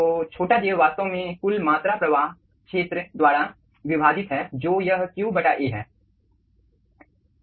तो छोटा j वास्तव में कुल मात्रा प्रवाह क्षेत्र द्वारा विभाजित है जो यह Q A है